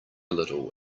little